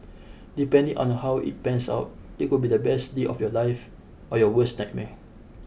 depending on how it pans out it could be the best day of your life or your worst nightmare